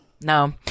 no